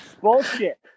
Bullshit